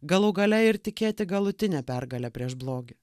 galų gale ir tikėti galutine pergale prieš blogį